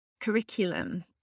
curriculum